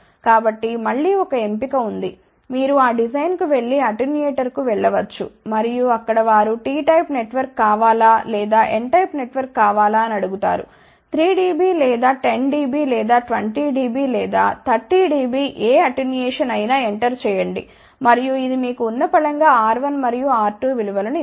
కాబట్టి మళ్ళీ ఒక ఎంపిక ఉంది మీరు ఆ డిజైన్కు వెళ్లి అటెన్యూయేటర్కు వెళ్ల వచ్చు మరియు అక్కడ వారు T టైప్ నెట్వర్క్ కావాలా లేదా π టైప్ నెట్వర్క్ కావాలా అని అడుగుతారు 3 డిబి లేదా 10 డిబి లేదా 20 డిబి లేదా 30 డిబి ఏ అటెన్యూయేషన్ అయినా ఎంటర్ చెయ్యండి మరియు ఇది మీకు ఉన్నపళంగా R1 మరియు R2 విలువలను ఇస్తుంది